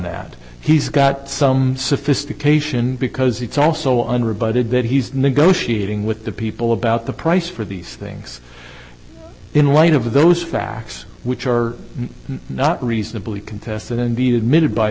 that he's got some sophistication because it's also unrebutted that he's negotiating with the people about the price for these things in light of those facts which are not reasonably contested and be admitted by